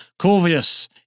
Corvius